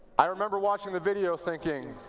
i remember watching the video thinking,